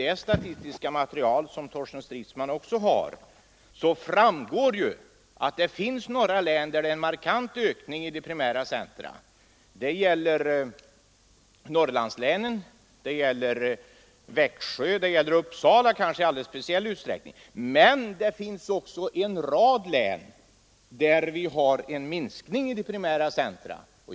Av det statistiska material som Torsten Stridsman också har framgår att det finns några län där det skett en markant folkökning i primära centra — det gäller centra i Norrlandslänen, det gäller Växjö och det gäller i alldeles speciell utsträckning Uppsala. Men det finns också en rad län där det skett en folkminskning i de primära centra.